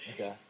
Okay